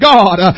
God